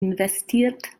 investiert